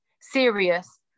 serious